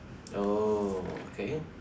oh okay